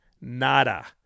Nada